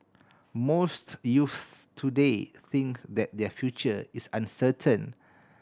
most youths today think that their future is uncertain